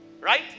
right